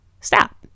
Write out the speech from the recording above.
stop